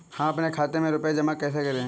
हम अपने खाते में रुपए जमा कैसे करें?